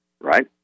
right